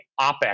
opex